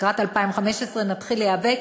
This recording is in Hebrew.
לקראת 2015 נתחיל להיאבק.